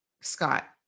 Scott